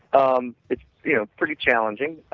um it's you know pretty challenging.